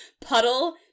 puddle